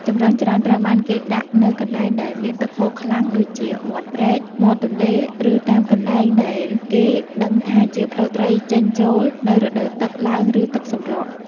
ចម្រឹងច្រើនត្រូវបានគេដាក់នៅកន្លែងដែលមានទឹកហូរខ្លាំងដូចជាមាត់ព្រែក មាត់ទន្លេ ឬតាមកន្លែងដែលគេដឹងថាជាផ្លូវត្រីចេញចូលនៅរដូវទឹកឡើងឬទឹកសម្រក។